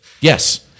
Yes